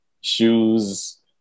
shoes